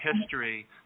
history